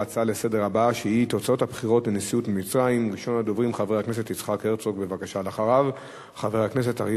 ההצעה לסדר-היום בנושא: התגברות ירי הרקטות על יישובי